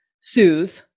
soothe